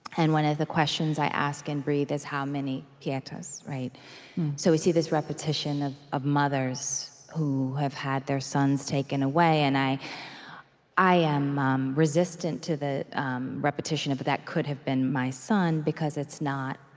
and one of the questions i ask in breathe is, how many pietas? so we see this repetition of of mothers who have had their sons taken away, and i i am um resistant to the um repetition of but that could have been my son, because it's not,